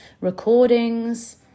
recordings